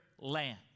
land